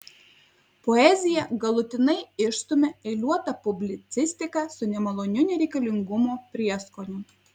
poeziją galutinai išstumia eiliuota publicistika su nemaloniu nereikalingumo prieskoniu